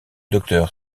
docteur